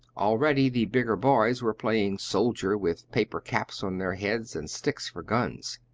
already the bigger boys were playing soldier, with paper caps on their heads, and sticks for guns.